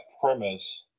premise